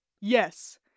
Yes